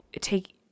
take